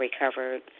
Recovered